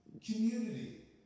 Community